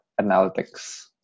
analytics